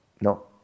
No